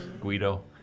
Guido